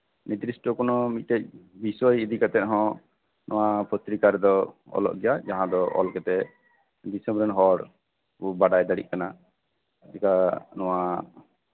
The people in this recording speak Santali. ᱱᱤᱨᱫᱤᱥᱴᱚ ᱠᱳᱱᱳ ᱢᱤᱫᱴᱮᱡ ᱵᱤᱥᱚᱭ ᱤᱫᱤ ᱠᱟᱛᱮ ᱦᱚᱸ ᱱᱚᱣᱟ ᱯᱚᱛᱨᱤᱠᱟ ᱨᱮᱫᱚ ᱚᱞᱚᱜ ᱜᱮᱭᱟ ᱡᱟᱦᱟᱸ ᱫᱚ ᱚᱞ ᱠᱟᱛᱮ ᱫᱤᱥᱚᱢ ᱨᱮᱱ ᱦᱚᱲ ᱠᱚ ᱵᱟᱰᱟᱭ ᱫᱟᱲᱮᱭᱟᱜ ᱠᱟᱱᱟ ᱡᱮ ᱱᱚᱣᱟ